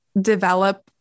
develop